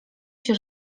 się